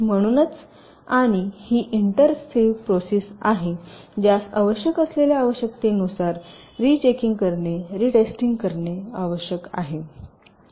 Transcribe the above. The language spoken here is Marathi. म्हणून आणि ही इंटेरिसिव्ह प्रोसेस ज्यास आवश्यक असल्यास आवश्यकतेनुसार रिचेकिंग करणे आणि रीटेस्टिंग करणे आवश्यक आहे